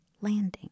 landing